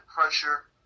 pressure